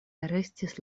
restis